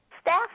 staff